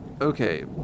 Okay